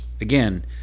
again